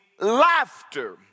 laughter